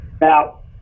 now